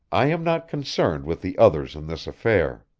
i am not concerned with the others in this affair.